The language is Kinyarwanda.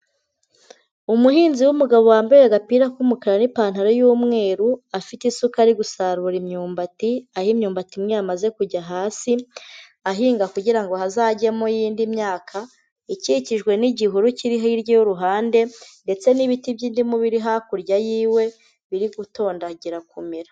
Umuhinzi w'umugabo wambaye agapira k'umukara n'ipantaro y'umweru, afite isukari gusarura imyumbati aho imyumbati imwe yamaze kujya hasi, ahinga kugira ngo hazajyemo iyindi myaka, ikikijwe n'igihuru kiri hirya y'uruhande ndetse n'ibiti by'indimu biri hakurya yiwe biri gutondagira kumera.